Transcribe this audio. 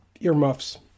earmuffs